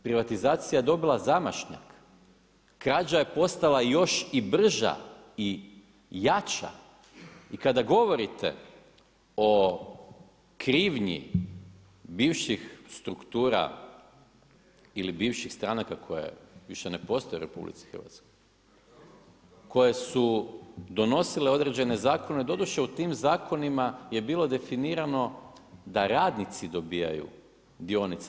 Privatizacija je dobila zamašnjak, krađa je postala još i brža i jača, i kada govorite o krivnji bivših struktura ili bivših stranaka koje više ne postoje u RH, koje su donosile određene zakone, doduše u tim zakonima je bilo definirano da radnici dobivaju dionice.